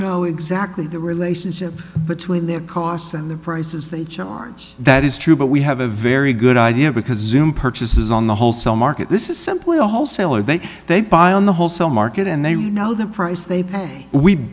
know exactly the relationship between their costs and the prices they charge that is true but we have a very good idea because im purchases on the wholesale market this is simply a wholesaler that they buy on the wholesale market and they know the price they